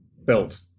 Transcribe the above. belt